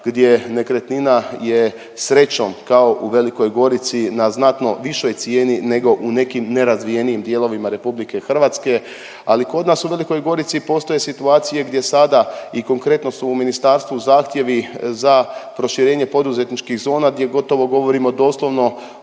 gdje nekretnina je srećom kao u Velikoj Gorici na znatno višoj cijeni nego u nekim nerazvijenijim dijelovima Republike Hrvatske. Ali kod nas u Velikoj Gorici postoje situacije gdje sada i konkretno su u ministarstvu zahtjevi za proširenje poduzetničkih zona gdje gotovo govorimo doslovno